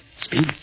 Speed